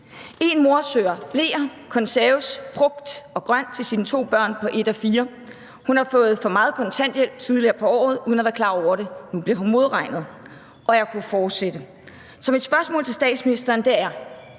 mor søger om bleer, konserves og frugt og grønt til sine to børn på 1 og 4 år. Hun har tidligere på året fået for meget kontanthjælp uden at være klar over det, og nu bliver det modregnet. Og jeg kunne fortsætte. Så mit spørgsmål til statsministeren er: